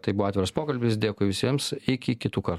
tai buvo atviras pokalbis dėkui visiems iki kitų kartų